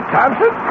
Thompson